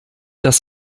dass